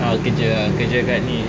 ah aku kerja ah aku kerja kat ni